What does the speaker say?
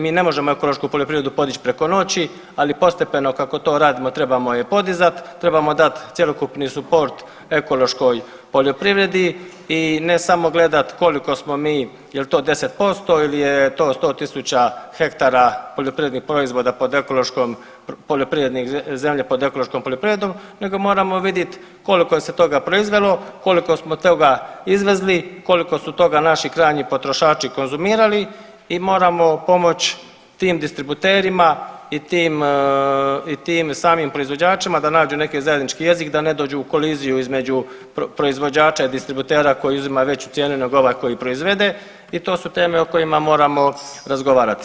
Mi ne možemo ekološku poljoprivredu podići preko noći, ali postepeno kako to radimo trebamo je podizati, trebamo dati cjelokupni suport ekološkoj poljoprivredi i ne samo gledat koliko smo mi, jel to 10% ili je to 100.000 hektara poljoprivrednih proizvoda pod ekološkom, poljoprivredne zemlje pod ekološkom poljoprivrednom nego moramo vidit koliko se toga proizvelo, koliko smo toga izvezli, koliko su toga naši krajnji potrošači konzumirali i moramo pomoći tim distributerima i tim i tim samim proizvođačima da nađu neki zajednički jezik da ne dođu u koliziju između proizvođača i distributera koji uzima veću cijenu nego ovaj koji proizvede i to su teme o kojima moramo razgovarati.